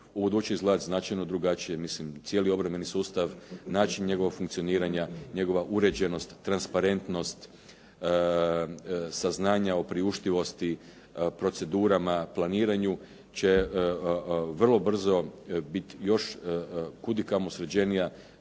buduće izgledati značajno drugačije, mislim, cijeli obrambeni sustav, način njegova funkcioniranja, njegova uređenost, transparentnost, saznanja o priuštivosti, procedurama, planiranju će vrlo brzo biti još kudikamo sređenija,